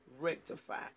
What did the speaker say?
Rectify